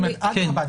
זאת אומרת, אדרבא.